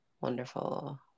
wonderful